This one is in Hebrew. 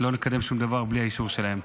לא נקדם שום דבר בלי האישור שלהם.